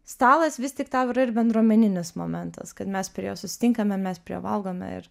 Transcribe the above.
stalas vis tik tau yra ir bendruomeninis momentas kad mes prie jo susitinkame mes prie jo valgome ir